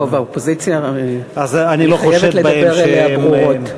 טוב, האופוזיציה, אני חייבת לדבר אליה ברורות.